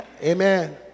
Amen